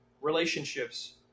relationships